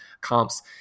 comps